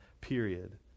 period